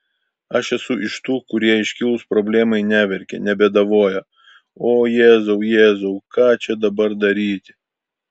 aš esu iš tų kurie iškilus problemai neverkia nebėdavoja o jėzau jėzau ką čia dabar daryti